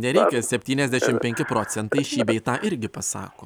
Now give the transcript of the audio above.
nereikia septyniasdešimt penki procentai šį bei tą irgi pasako